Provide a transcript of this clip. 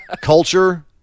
culture